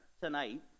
tonight